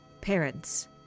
Parents